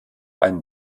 einen